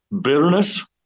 Bitterness